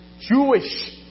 Jewish